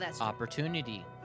opportunity